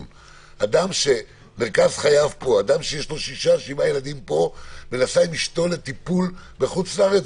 אדם שמרכז חייו פה ונסע עם אשתו לטיפול רפואי בחוץ לארץ,